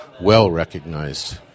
well-recognized